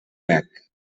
bec